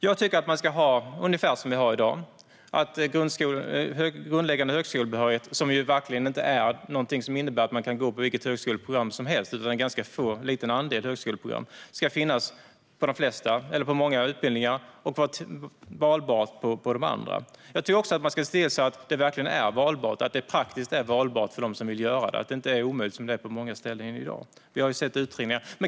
Jag tycker att det ska vara ungefär som i dag, att grundläggande högskolebehörighet - som verkligen inte innebär att man kan gå på vilket högskoleprogram som helst, utan det gäller en ganska liten andel högskoleprogram - ska finnas på många utbildningar och vara valbar på de andra. Man ska också se till att det verkligen är praktiskt valbart för dem som vill göra det valet. Det är omöjligt på många ställen i dag. Det har vi sett i utredningar.